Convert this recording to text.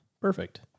perfect